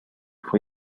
fue